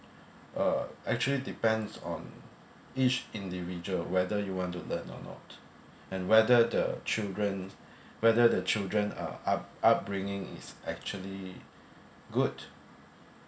uh actually depends on each individual whether you want to learn or not and whether the children whether the children are up upbringing is actually good